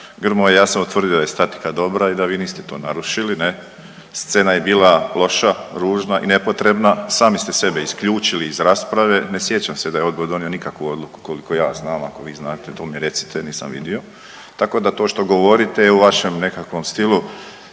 Grmoja. Ja sam utvrdio da je statika dobra i da vi niste to narušili. Scena je bila loša, ružna i nepotrebna, sami ste sebe isključili iz rasprave. Ne sjećam se da je odbor donio nikakvu odluku koliko ja znam. Ako vi znate to mi recite, nisam vidio. Tako da to što govorite je u vašem nekakvom stilu